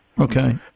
Okay